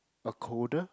a coder